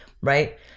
right